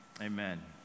amen